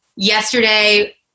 Yesterday